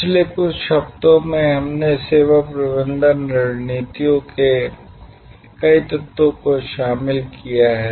पिछले कुछ हफ्तों में हमने सेवा प्रबंधन रणनीतियों के कई तत्वों को शामिल किया है